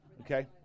Okay